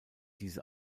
diese